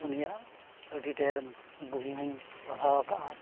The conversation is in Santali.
ᱩᱱᱤᱭᱟᱜ ᱟᱹᱰᱤ ᱰᱷᱮᱹᱨ ᱵᱩᱦᱤ ᱦᱚᱧ ᱯᱟᱲᱦᱟᱣ ᱠᱟᱜᱼᱟ